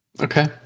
okay